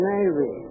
Navy